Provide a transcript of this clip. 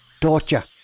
torture